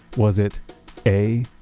was it a.